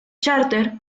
chárter